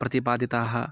प्रतिपादिताः